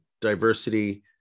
diversity